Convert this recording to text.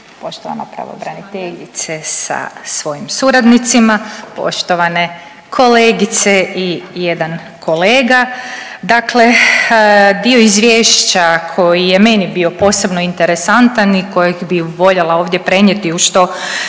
poštovana pravobraniteljice sa svojim suradnicima, poštovane kolegice i jedan kolega. Dakle dio izvješća koji je meni bio posebno interesantan i kojeg bi voljela ovdje prenijeti u što